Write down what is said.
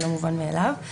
זה לא מובן מאליו.